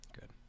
Good